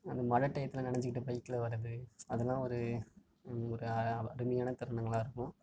அந்த மழை டையத்தில் நனைஞ்சிக்கிட்டு பைக்கில் வர்றது அதெல்லாம் ஒரு ஒரு அருமையான தருணங்களாக இருக்கும்